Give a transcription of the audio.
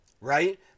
Right